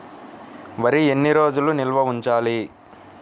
వరి ఎన్ని రోజులు నిల్వ ఉంచాలి?